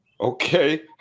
Okay